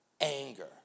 anger